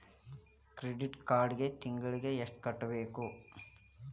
credit ಕಾರ್ಡಿಗಿ ತಿಂಗಳಿಗಿ ಎಷ್ಟ ಕಟ್ಟಬೇಕ